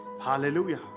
hallelujah